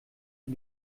die